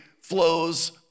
flows